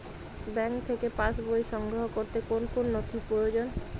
Bank থেকে pass বই সংগ্রহ করতে কোন কোন নথি প্রয়োজন?